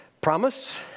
promise